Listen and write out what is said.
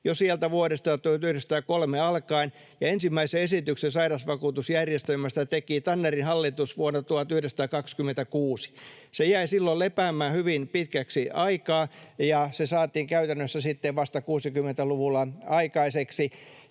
vuodesta 1903 alkaen. Ensimmäisen esityksen sairausvakuutusjärjestelmästä teki Tannerin hallitus vuonna 1926. Se jäi silloin lepäämään hyvin pitkäksi aikaa, ja se saatiin käytännössä sitten vasta 60-luvulla aikaiseksi.